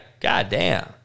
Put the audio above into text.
goddamn